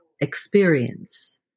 experience